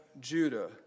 Judah